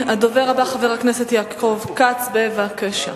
שיש בו הכי פחות אכיפה,